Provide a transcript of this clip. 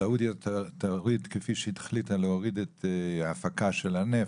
סעודיה תוריד כפי שהיא החליטה להוריד את ההפקה של הנפט,